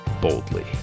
boldly